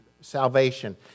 salvation